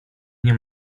nie